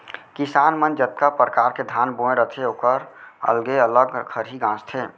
किसान मन जतका परकार के धान बोए रथें ओकर अलगे अलग खरही गॉंजथें